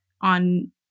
on